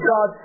God